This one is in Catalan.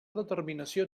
determinació